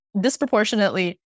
disproportionately